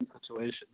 situation